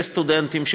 לסטודנטים,